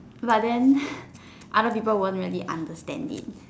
but then other people won't really understand it